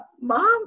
Mom